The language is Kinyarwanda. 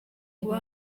kuba